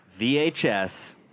VHS